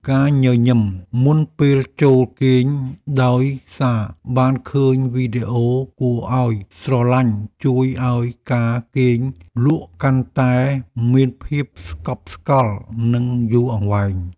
ការញញឹមមុនពេលចូលគេងដោយសារបានឃើញវីដេអូគួរឱ្យស្រឡាញ់ជួយឱ្យការគេងលក់កាន់តែមានភាពស្កប់ស្កល់និងយូរអង្វែង។